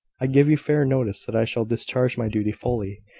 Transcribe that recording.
i give you fair notice that i shall discharge my duty fully,